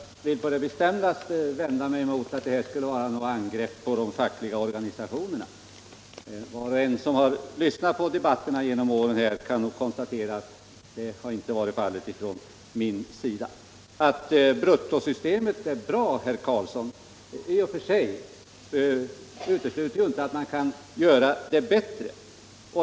Herr talman! Jag vill på det bestämdaste vända mig mot påståendet att detta skulle vara ett angrepp mot de fackliga organisationerna. Var och en som har lyssnat på debatterna genom åren kan nog konstatera att så inte varit fallet från min sida. Att bruttosystemet i och för sig är bra, herr Karlsson i Ronneby, utesluter inte att man kan göra det bättre.